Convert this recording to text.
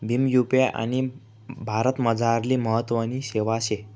Bhim UPI भारतमझारली महत्वनी सेवा शे